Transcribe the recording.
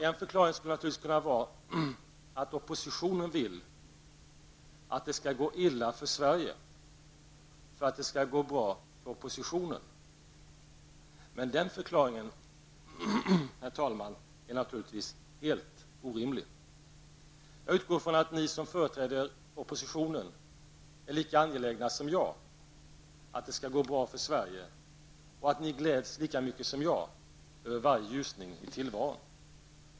En förklaring skulle kunna vara att oppositionen vill att det skall gå illa för Sverige för att det skall gå bra för oppositionen. Men den förklaringen är naturligtvis helt orimlig, herr talman. Jag utgår ifrån att ni som företrädare för oppositionen är lika angelägna som jag att det skall gå bra för Sverige, att ni gläds lika mycket som jag över varje ljusning i tillvaron.